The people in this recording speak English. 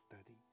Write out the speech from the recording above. study